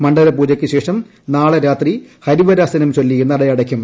മണ്ഡലപൂജയ്ക്ക് ശേഷം നാളെ രാത്രി ഹരിവരാസനം ചൊല്ലി് നട അടയ്ക്കും